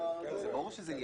ברור שזה אי